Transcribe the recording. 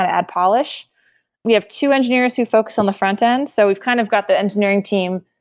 and add polish we have two engineers who focus on the frontend. so we've kind of got the engineering team